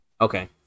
Okay